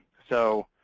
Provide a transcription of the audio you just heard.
so